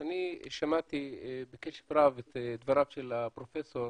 אני שמעתי בקשב רב את דבריו של הפרופסור.